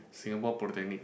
Singapore Polytechnic